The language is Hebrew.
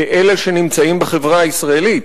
כאלה שנמצאים בחברה הישראלית.